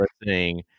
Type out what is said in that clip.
listening